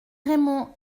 raymond